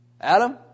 Adam